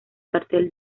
cartel